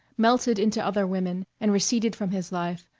melted into other women and receded from his life,